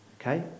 Okay